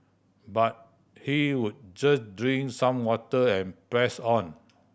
but he would just drink some water and press on